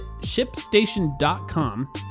ShipStation.com